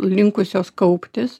linkusios kauptis